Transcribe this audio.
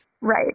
Right